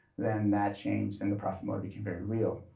then that changed and the profit motive became very real.